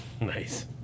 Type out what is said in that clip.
Nice